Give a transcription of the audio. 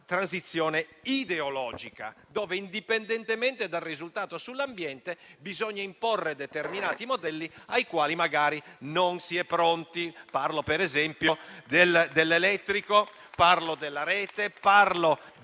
e non ideologica, dove indipendentemente dal risultato sull'ambiente bisogna imporre determinati modelli ai quali magari non si è pronti. Parlo, per esempio, dell'elettrico, della rete, del